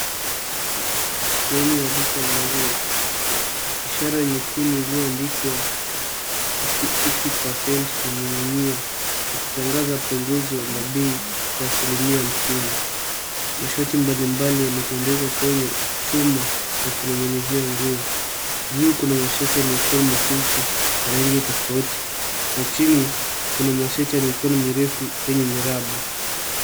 Sehemu ya duka la nguo. Ishara nyekundu iliyoandikwa 50% imening'inia ikitangaza punguzo la bei ya asilimia hamsini. Mashati mbalimbali yametundikwa kwenye chuma cha kuning'inizia nguo. Juu kuna mashati ya mikono mifupi ya rangi tofauti na chini kuna mashati ya mikono mirefu yenye miraba.